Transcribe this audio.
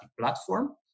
platform